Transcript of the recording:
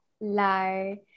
Lie